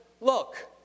look